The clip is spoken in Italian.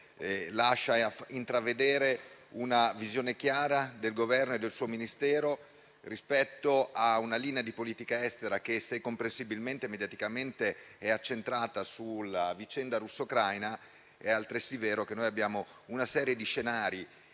lascia intravedere una visione chiara del Governo e del suo Ministero rispetto a una linea di politica estera che, se mediaticamente è comprensibilmente accentrata sulla vicenda russo-ucraina, è altresì vero che presenta una serie di scenari